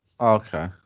Okay